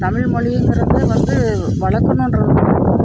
தமிழ் மொழிங்கிறத வந்து வளர்க்கணுன்றது